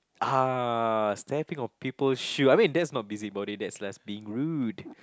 ah stepping on peoples shoe I mean that's not busybody that's just being rude